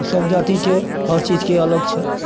सब जातिके हर चीजके अलग छै